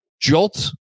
jolt